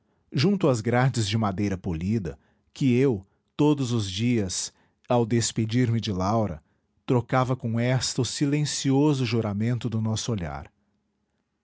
junto às grades de madeira polida que eu todos os dias ao despedir-me de laura trocava com esta o silencioso juramento do nosso olhar